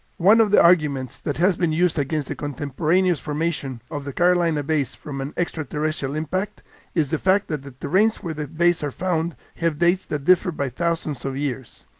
one of the arguments that has been used against the contemporaneous formation of the carolina bays from an extraterrestrial impact is the fact that the terrains where the bays are found have dates that differ by thousands of years.